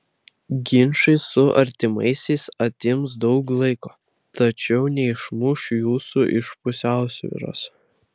ginčai su artimaisiais atims daug laiko tačiau neišmuš jūsų iš pusiausvyros